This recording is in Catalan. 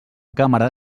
càmera